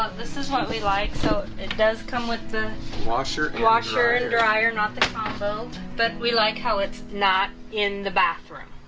ah this is what we like so it does come with the washer washer and dryer not the consult ah but we like how it's not in the bathroom